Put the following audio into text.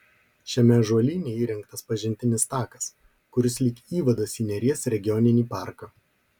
šiame ąžuolyne įrengtas pažintinis takas kuris lyg įvadas į neries regioninį parką